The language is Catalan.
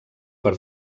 per